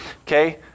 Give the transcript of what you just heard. okay